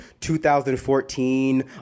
2014